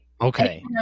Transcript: Okay